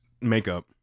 makeup